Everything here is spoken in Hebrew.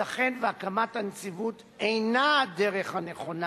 ייתכן שהקמת הנציבות אינה הדרך הנכונה